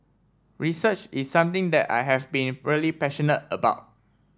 research is something that I have been really passionate about